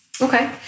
Okay